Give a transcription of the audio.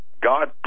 God